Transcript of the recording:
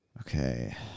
Okay